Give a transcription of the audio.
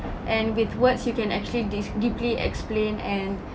and with words you can actually des~ deeply explain and